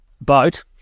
boat